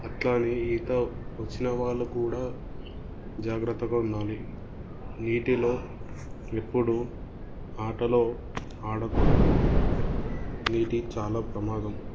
అట్లానే ఈత వచ్చిన వాళ్ళు కూడా జాగ్రత్తగా ఉండాలి నీటిలో ఎప్పుడు ఆటలో ఆడకూడదు నీటి చాలా ప్రమాదం